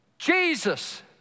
Jesus